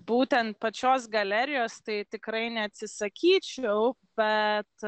būtent pačios galerijos tai tikrai neatsisakyčiau bet